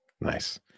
Nice